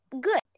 good